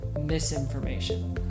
misinformation